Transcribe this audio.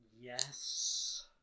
Yes